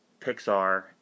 Pixar